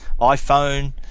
iPhone